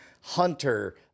Hunter